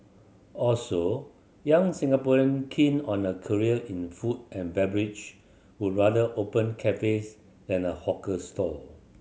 also young Singaporean keen on a career in food and beverage would rather open cafes than a hawker stall